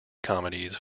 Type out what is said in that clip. comedies